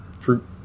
fruit